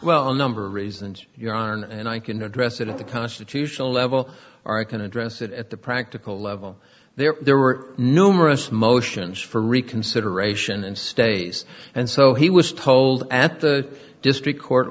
well a number of reasons you're on and i can address it at the constitutional level or i can address it at the practical level there were numerous motions for reconsideration and stays and so he was told at the district court